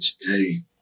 today